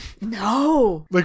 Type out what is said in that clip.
No